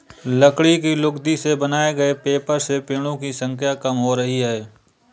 लकड़ी की लुगदी से बनाए गए पेपर से पेङो की संख्या कम हो रही है